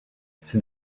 ces